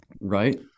right